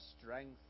strength